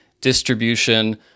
distribution